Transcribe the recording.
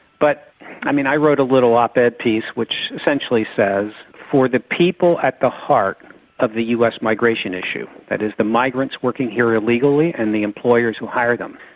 but i mean i wrote a little op. ed. piece which essentially says for the people at the heart of the us migration issue, that is the migrants working here illegally and the employers who hire them,